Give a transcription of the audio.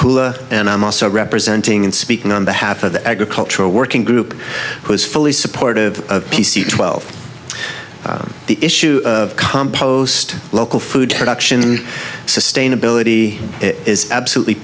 and and i'm also representing and speaking on behalf of the agricultural working group who is fully supportive of p c twelve the issue of compost local food production sustainability is absolutely